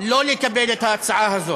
שלא לקבל את ההצעה הזאת.